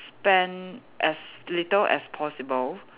spend as little as possible